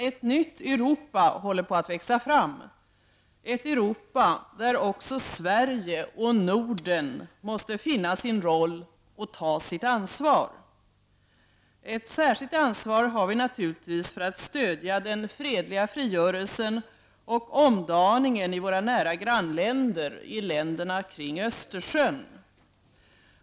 Ett nytt Europa håller på att växa fram, ett Europa där också Sverige och Norden måste finna sin roll och ta sitt ansvar. Ett särskilt ansvar har vi naturligtvis för att stödja den fredliga frigörelsen och omdaningen i våra nära grannländer, i länderna kring Östersjön.